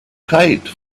kite